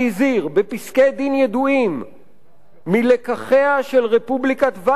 בפסקי-דין ידועים מלקחיה של רפובליקת ויימאר,